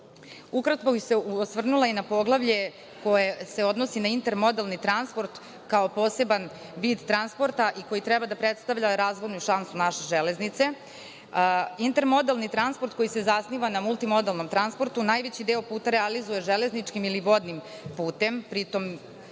bih se osvrnula i na poglavlje koje se odnosi na intermodalni transport kao poseban vid transporta i koji treba da predstavlja razvojnu šansu naše železnice. Intermodalni transport koji se zasniva na multimodelnom transportu najveći deo puta realizuje železničkim ili vodnim putem, jer